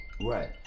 Right